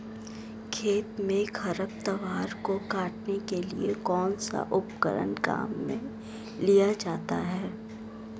खेत में खरपतवार को काटने के लिए कौनसा उपकरण काम में लिया जाता है?